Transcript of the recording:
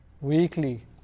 weekly